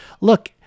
look